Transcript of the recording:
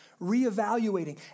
reevaluating